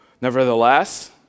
Nevertheless